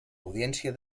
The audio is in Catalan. audiència